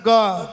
God